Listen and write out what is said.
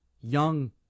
young